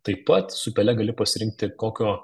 taip pat su pele gali pasirinkti kokio